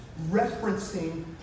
referencing